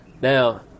Now